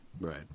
right